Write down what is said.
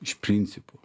iš principo